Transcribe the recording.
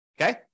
Okay